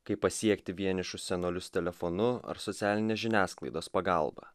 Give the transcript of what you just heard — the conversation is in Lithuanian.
kaip pasiekti vienišus senolius telefonu ar socialinės žiniasklaidos pagalba